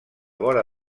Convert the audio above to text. vora